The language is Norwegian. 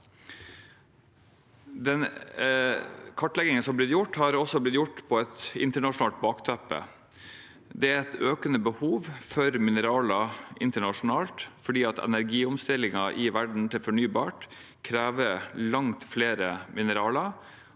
Kartleggingen har også blitt gjort mot et internasjonalt bakteppe. Det er et økende behov for mineraler internasjonalt fordi energiomstillingen i verden til fornybart krever langt flere mi neraler,